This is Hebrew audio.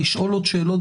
לשאול עוד שאלות,